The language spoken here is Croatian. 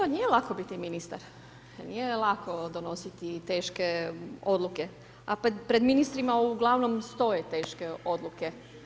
Bome vam nije lako biti ministar, nije lako donositi teše odluke, a pred ministrima uglavnom stoje teške odluke.